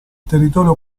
territorio